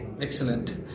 Excellent